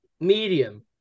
medium